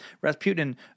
Rasputin